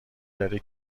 داره